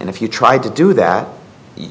and if you tried to do that